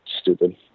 stupid